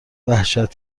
وحشت